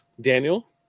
Daniel